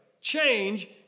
change